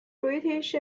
british